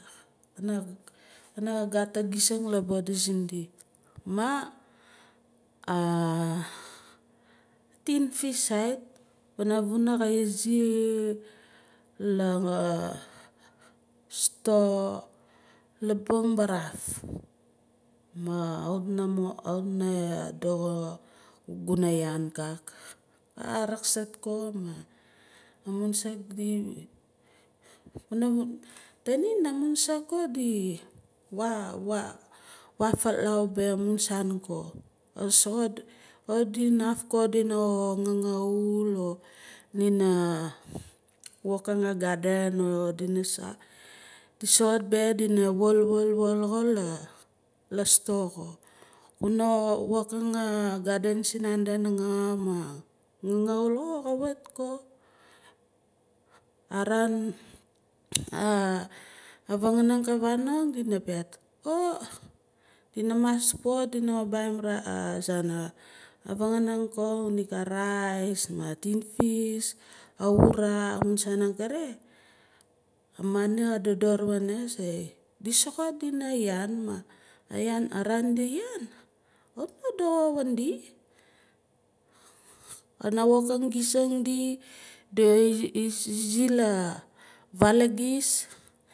Ka gat a gising la body sindi. Maa ua tinfish sait pana vuna ka izi la store labung varaf ma kawit na doxo guna yaan kak arakasat ko ma amun saakdi tanisi amun saak ko di wa- wa wafalau beh amun saan ko or soxot kawit di nat ko dina ngangaul or dina wokang a garden o dina sa di soxot beh dina wol wol wol xo la store kuna wokang a garden sinaanda nanga ma ngangaul xo kawit ko aran a vanganing ka vanong dina piaat oh dina mas pan bain rice or zaan a vanganing ko unig a rice ma tinfish awurah a mun saan akere amoney ka dodor wana se di soxot di na yaan maah araan di yaan kawit no doxo wan di kana wokang gisang di- di na izi la vaal a gis